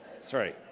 Sorry